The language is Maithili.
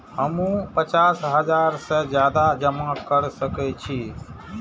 हमू पचास हजार से ज्यादा जमा कर सके छी?